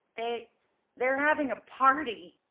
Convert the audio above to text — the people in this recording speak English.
they they're having a party.